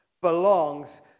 belongs